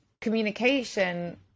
communication